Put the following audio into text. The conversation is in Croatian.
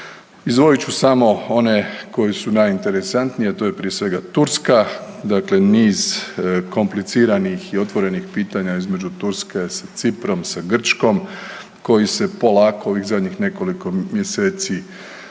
Izdvojit ću samo one koji su najinteresantnije, a to je prije svega Turska, dakle niz kompliciranih i otvorenih pitanja između Turske sa Ciprom, sa Grčkom, koji se polako u ovih zadnjih nekoliko mjeseci možemo